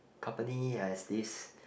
company has this